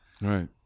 Right